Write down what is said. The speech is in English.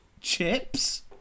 chips